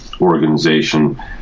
organization